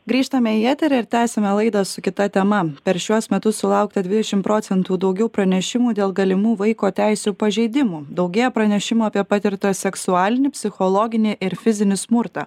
grįžtame į eterį ir tęsiame laidą su kita tema per šiuos metus sulaukta dvidešim procentų daugiau pranešimų dėl galimų vaiko teisių pažeidimų daugėja pranešimų apie patirtą seksualinį psichologinį ir fizinį smurtą